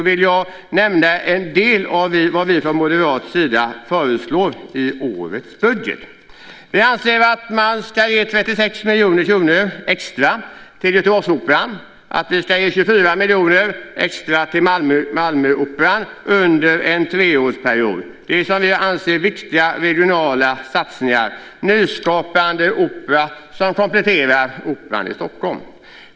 Jag ska nämna en del av vad vi från moderat sida föreslår i årets budget. Vi anser att man ska ge 36 miljoner kronor extra till Göteborgsoperan och att man ska ge 24 miljoner kronor extra till Malmöoperan under en treårsperiod. Det anser vi vara viktiga regionala satsningar. Det handlar om nyskapande opera som kompletterar operan i Stockholm.